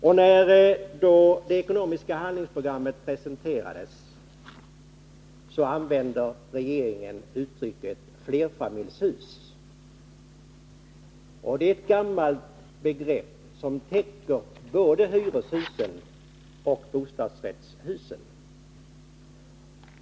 I det program som sedan presenterades av regeringen använder man sig av uttrycket flerfamiljshus. Det är ett gammalt begrepp som täcker både hyreshusen och bostadsrättshusen.